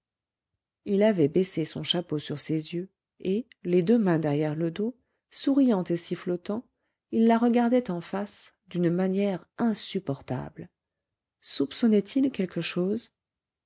il avait baissé son chapeau sur ses yeux et les deux mains derrière le dos souriant et sifflotant il la regardait en face d'une manière insupportable soupçonnait il quelque chose